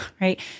right